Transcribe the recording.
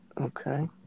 Okay